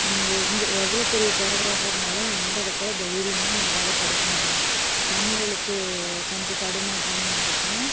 எங் எவ்வளோ பெரிய பேரக்ராஃபாக இருந்தாலும் எந்த இடத்துல தைரியமாக நம்பளால் படிக்க முடியும் தமிழ் எழுத்து கொஞ்சம் தடுமாற்றமாக இருந்துச்சின்னா